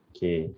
Okay